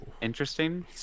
Interesting